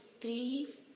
three